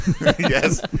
Yes